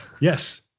Yes